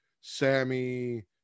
Sammy